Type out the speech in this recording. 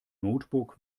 notebook